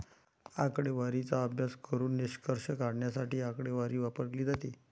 आकडेवारीचा अभ्यास करून निष्कर्ष काढण्यासाठी आकडेवारी वापरली जाते